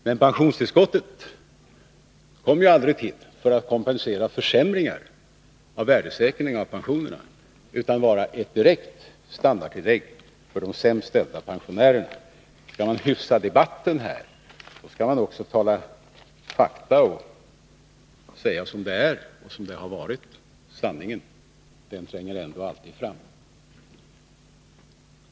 Men pensionstillskottet kom aldrig till för att kompensera försämringar av värdesäkringen av pensionerna utan för att vara ett direkt standardtillägg för de sämst ställda pensionärerna. Om man skall hyfsa debatten, skall man också hålla sig till fakta och säga som det är och har varit. Sanningen tränger ändå alltid fram.